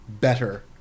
better